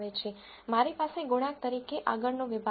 મારી પાસે ગુણાંક તરીકે આગળનો વિભાગ છે